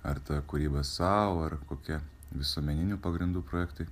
ar ta kūryba sau ar kokia visuomeniniu pagrindu projektai